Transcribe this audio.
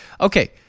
Okay